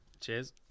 Cheers